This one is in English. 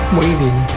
waiting